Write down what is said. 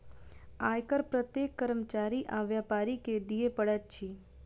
आय कर प्रत्येक कर्मचारी आ व्यापारी के दिअ पड़ैत अछि